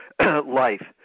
life